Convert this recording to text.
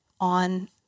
on